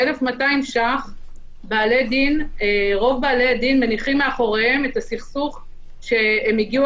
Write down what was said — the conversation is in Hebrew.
ב-1,200 ש"ח רוב בעלי הדין מניחים מאחוריהם את הסכסוך שהם הגיעו